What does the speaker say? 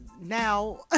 now